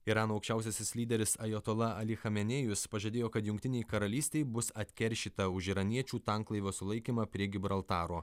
irano aukščiausiasis lyderis ajatola ali chamenėjus pažadėjo kad jungtinei karalystei bus atkeršyta už iraniečių tanklaivio sulaikymą prie gibraltaro